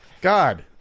god